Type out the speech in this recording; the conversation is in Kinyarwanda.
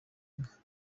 n’inka